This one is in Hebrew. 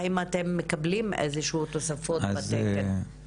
האם אתם מקבלים איזה שהן תוספות בתקנים?